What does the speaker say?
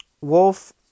Wolf